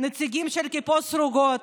נציגים של הכיפות הסרוגות,